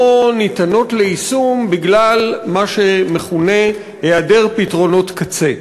ניתנות ליישום בגלל מה שמכונה היעדר פתרונות קצה.